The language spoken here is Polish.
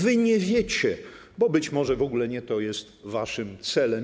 Wy nie wiecie, bo być może w ogóle nie to jest waszym celem.